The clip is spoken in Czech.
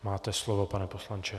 Máte slovo, pane poslanče.